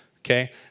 okay